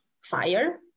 fire